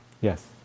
yes